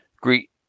Greet